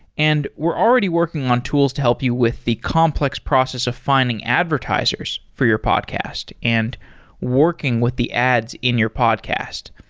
and we're already working on tools to help you with the complex process of finding advertisers for your podcast and working with the ads in your podcast.